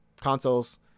consoles